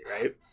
right